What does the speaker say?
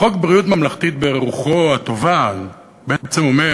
חוק ביטוח בריאות ממלכתי, ברוחו הטובה, בעצם אומר